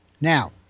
Now